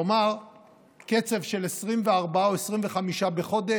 כלומר קצב של 24 או 25 בחודש.